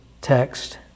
text